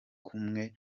kumwe